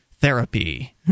Therapy